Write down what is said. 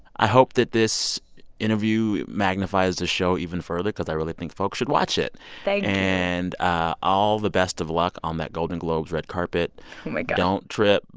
i hope that this interview magnifies the show even further cause i really think folks should watch it thank you and ah all the best of luck on that golden globes red carpet oh, my god don't trip.